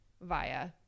via